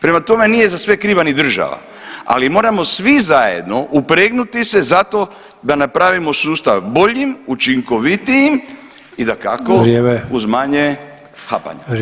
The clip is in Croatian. Prema tome nije za sve kriva ni država, ali moramo svi zajedno upregnuti se zato da napravimo sustav boljim, učinkovitijim i dakako [[Upadica: Vrijeme.]] uz [[Upadica: Vrijeme.]] habanja.